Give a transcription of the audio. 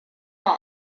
all